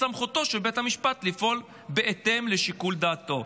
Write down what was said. בסמכותו של בית המשפט לפעול בהתאם לשיקול דעתו.